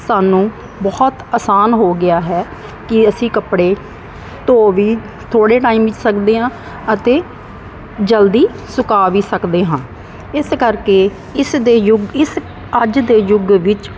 ਸਾਨੂੰ ਬਹੁਤ ਆਸਾਨ ਹੋ ਗਿਆ ਹੈ ਕਿ ਅਸੀਂ ਕੱਪੜੇ ਧੋ ਵੀ ਥੋੜ੍ਹੇ ਟਾਈਮ ਵਿਚ ਸਕਦੇ ਹਾਂ ਅਤੇ ਜਲਦੀ ਸੁਕਾ ਵੀ ਸਕਦੇ ਹਾਂ ਇਸ ਕਰਕੇ ਇਸ ਦੇ ਯੁਗ ਇਸ ਅੱਜ ਦੇ ਯੁਗ ਵਿੱਚ